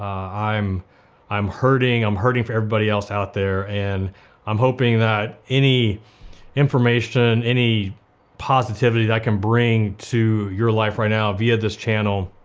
i'm i'm hurting, i'm hurting for everybody else out there and i'm hoping that any information, any positivity that i can bring to your life right now via this channel,